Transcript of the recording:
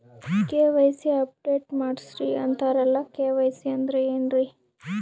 KYC update ಮಾಡಸ್ರೀ ಅಂತರಲ್ಲ KYC ಅಂದ್ರ ಏನ್ರೀ?